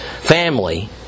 family